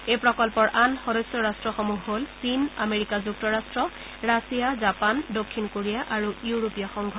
এই প্ৰকল্পৰ আন সদস্য ৰট্টসমূহ হল চীন আমেৰিকা যুক্তৰাট্ট ৰাছিয়া জাপান দক্ষিণ কোৰিয়া আৰু ইউৰোপীয় সংঘ